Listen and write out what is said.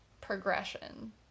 progression